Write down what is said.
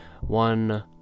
one